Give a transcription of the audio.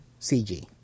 CG